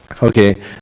Okay